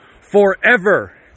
forever